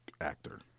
actor